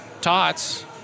Tots